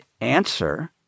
answer